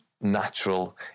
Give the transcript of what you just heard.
natural